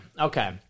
Okay